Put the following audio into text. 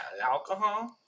alcohol